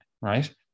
right